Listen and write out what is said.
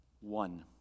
One